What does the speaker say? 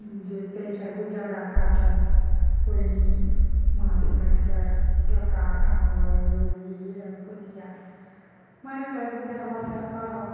जे ताहि सऽ गुजारा काटब ओहिना माँछ मारि कऽ डोका कांकोर हे ई घेंघ कुचिया मारि कऽ गुजर बसर करब